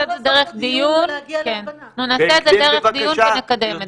זה דרך דיון ונקדם את זה.